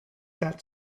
that